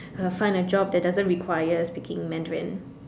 find a job that doesn't require speaking Mandarin